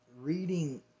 reading